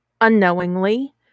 unknowingly